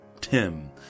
Tim